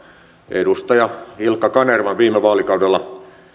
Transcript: edustaja ilkka kanervan viime vaalikaudella